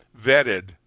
vetted